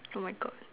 oh my God